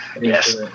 Yes